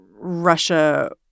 Russia